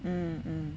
mm